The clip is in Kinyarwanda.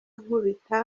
nkubita